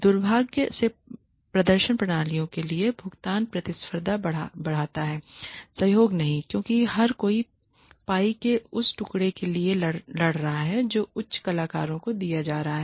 दुर्भाग्य से प्रदर्शन प्रणालियों के लिए भुगतान प्रतिस्पर्धा को बढ़ाता है सहयोग नहीं क्योंकि हर कोई पाई के उस टुकड़े के लिए लड़ रहा है जो उच्च कलाकारों को दिया जा रहा है